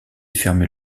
fermait